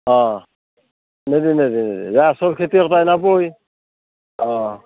অঁ নেদ নেদ যাৰ আচল খেতিয়ক তাই নেপায় অঁ